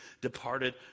departed